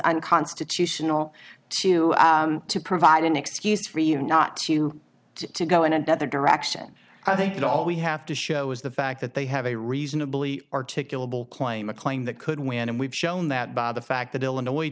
unconstitutional to to provide an excuse for you not to to go in and other direction i think that all we have to show is the fact that they have a reasonably articulable claim a claim that could win and we've shown that by the fact that illinois